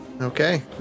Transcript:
Okay